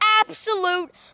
absolute